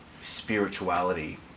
spirituality